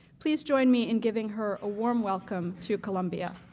please join me in giving her a warm welcome to columbia.